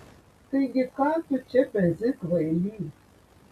taigi ką tu čia pezi kvaily